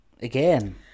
Again